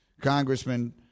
congressman